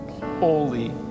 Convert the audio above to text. holy